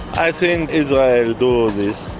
i think israel do this.